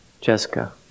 Jessica